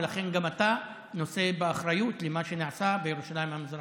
ולכן גם אתה נושא באחריות למה שנעשה בירושלים המזרחית.